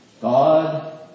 God